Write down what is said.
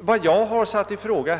Vad jag satt i fråga